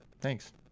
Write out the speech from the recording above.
Thanks